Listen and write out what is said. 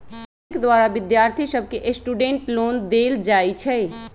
bank द्वारा विद्यार्थि सभके स्टूडेंट लोन देल जाइ छइ